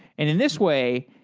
and in this way,